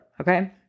Okay